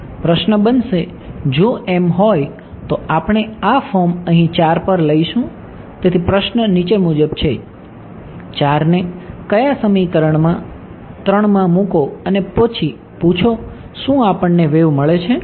પ્રશ્ન બનશે જો એમ હોય તો આપણે આ ફોર્મ અહીં 4 પર લઈશું તેથી પ્રશ્ન નીચે મુજબ છે 4 ને કયા સમીકરણમાં 3 માં મૂકો અને પછી પૂછો શું આપણને વેવ મળે છે